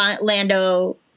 Lando